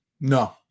No